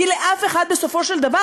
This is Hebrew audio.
כי לאף אחד בסופו של דבר,